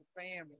family